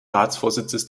ratsvorsitzes